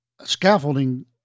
scaffolding